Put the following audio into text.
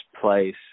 place